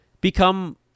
become